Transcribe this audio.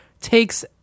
takes